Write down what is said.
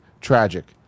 Tragic